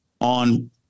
on